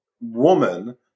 woman